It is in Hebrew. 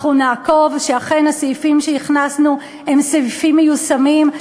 אנחנו נעקוב שאכן הסעיפים שהכנסנו הם סעיפים מיושמים,